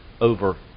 over